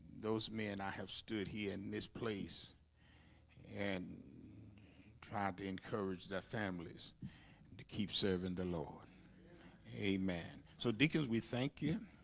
those men i have stood here in this place and tried to encourage their families and to keep serving the lord a man, so deacons. we thank you